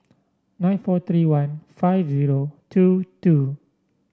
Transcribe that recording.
nine four three one five zero two two